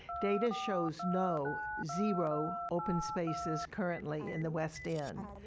data shows no, zero, open spaces currently in the west end.